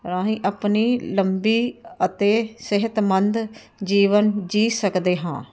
ਰਾਹੀਂ ਆਪਣੀ ਲੰਬੀ ਅਤੇ ਸਿਹਤਮੰਦ ਜੀਵਨ ਜਿਉ ਸਕਦੇ ਹਾਂ